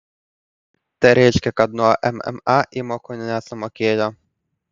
tai reiškia kad nuo mma įmokų nesumokėjo